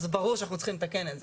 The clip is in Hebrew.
אז ברור שאנחנו צריכים לתקן את זה.